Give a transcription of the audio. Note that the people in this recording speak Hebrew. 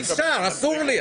אי-אפשר, אסור לי.